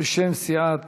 בשם סיעת